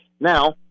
Now